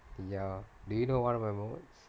ya do you know one of my modules